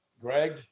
greg